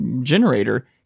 generator